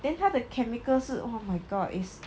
then 它的 chemical 是 oh my god is